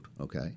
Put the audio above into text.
okay